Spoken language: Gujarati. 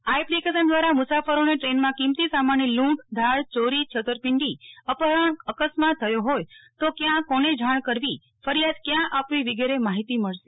આ એપ્લિકેશન દ્વારા મુસાફરોને ટ્રેનમા કિંમતી સામાનની લૂંટ ધાડ ચોરી છેતરપિંડી અપહરણ અકસ્માત થયો હોય તો ક્યાં કોને જાણ કરવી ફરિયાદ ક્યાં આપવી વિગેરે માહિતી મળશે